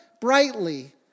brightly